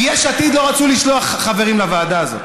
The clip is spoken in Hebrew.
כי יש עתיד לא רצו לשלוח חברים לוועדה הזאת,